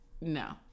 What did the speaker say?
No